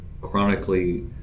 chronically